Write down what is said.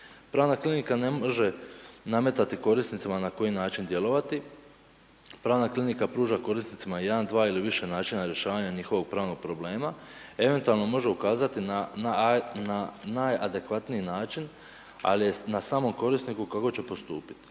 Pravna klinika ne može nametati korisnicima na koji način djelovati, pravna klinika pruža korisnicima jedan, dva ili više načina rješavanja njihovog pravnog problema, eventualno može ukazati na najadekvatniji način ali je na samom korisniku kako će postupiti.